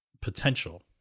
potential